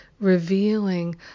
revealing